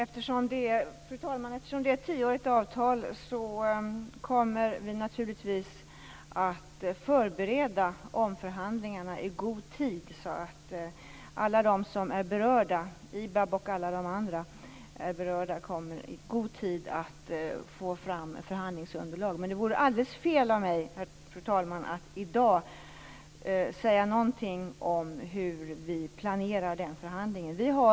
Fru talman! Eftersom det är fråga om ett tioårigt avtal kommer vi naturligtvis att förbereda omförhandlingarna i god tid. Alla de som är berörda, IBAB osv., kommer att i god tid få förhandlingsunderlag. Det vore alldeles fel av mig, fru talman, att i dag säga något om hur vi planerar den förhandlingen.